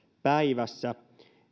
päivässä